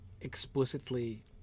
explicitly